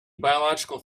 biological